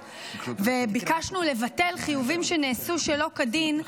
וביקשנו לבטל חיובים שנעשו שלא כדין,